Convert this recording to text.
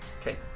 Okay